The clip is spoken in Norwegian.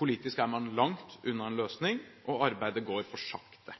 Politisk er man langt unna en løsning, og arbeidet går for sakte.